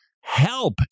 help